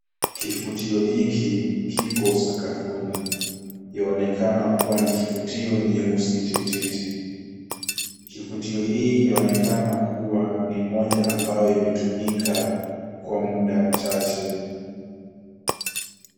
Kifutio hiki kiko sakafuni, yaonekana kuwa ni kifutio nyeusi tititi. Kifutio hii yaonekana kuwa ni moja ambayo imetumika kwa muda mchache.